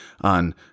on